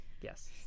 yes